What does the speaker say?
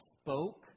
spoke